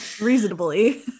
reasonably